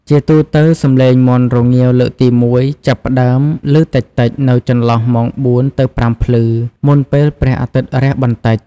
ជាទូទៅ សំឡេងមាន់រងាវលើកទីមួយចាប់ផ្ដើមលឺតិចៗនៅចន្លោះម៉ោង ៤ ទៅ ៥ ភ្លឺ មុនពេលព្រះអាទិត្យរះបន្តិច។